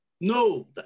No